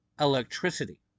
electricity